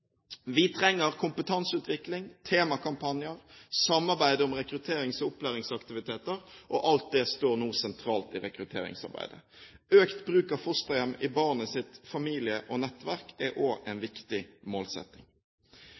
Vi trenger kompetanseutvikling, temakampanjer og samarbeid om rekrutterings- og opplæringsaktiviteter, og det står nå sentralt i rekrutteringsarbeidet. Økt bruk av fosterhjem i barnets familie og nettverk er også en viktig målsetting.